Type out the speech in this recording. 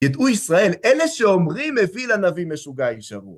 ידעו ישראל, אלה שאומרים הביא לנביא משוגע יישארו.